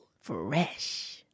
Fresh